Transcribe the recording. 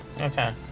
Okay